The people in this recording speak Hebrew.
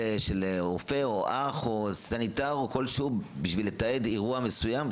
רופא או אח או סניטר או כלשהו בשביל לתעד אירוע מסוים,